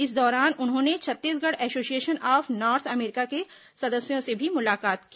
इन दौरान उन्होंने Chhattisgarh association of North America के सदस्यों से भी मुलाकात की